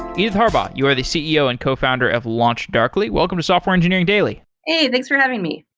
edith harbaugh, you are the ceo and cofounder of launchdarkly. welcome to software engineering daily hey, thanks for having me.